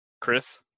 Chris